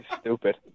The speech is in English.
Stupid